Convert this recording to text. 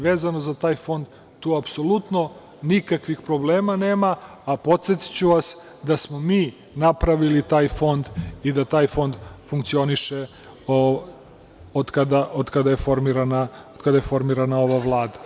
Vezano za taj fond, tu apsolutno nikakvih problema nema, a podsetiću vas da smo mi napravili taj fond i da taj fond funkcioniše otkada je formirana ova Vlada.